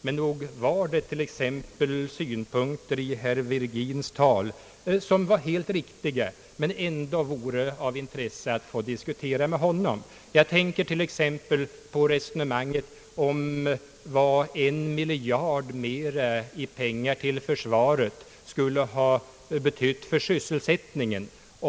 Men nog fanns det synpunkter i herr Virgins anförande, som var helt riktiga men som det ändå vore av intresse att få diskutera med honom. Jag tänker t.ex. på resonemanget om vad en miljard mera i pengar till försvaret skulle ha betytt för sysselsättningen.